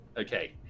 Okay